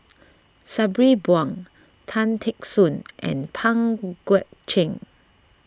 Sabri Buang Tan Teck Soon and Pang Guek Cheng